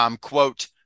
quote –